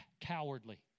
Cowardly